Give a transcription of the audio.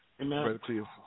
Amen